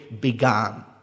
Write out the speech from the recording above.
began